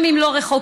גם אם לא רחוקה,